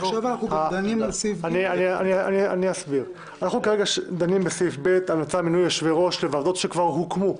אנחנו דנים כרגע בסעיף ב': המלצה למינוי יושבי-ראש לוועדות שכבר הוקמו.